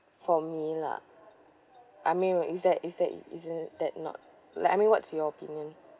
for me lah I mean is that is that isn't that not like I mean what's your opinion